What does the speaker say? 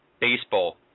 baseball